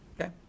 Okay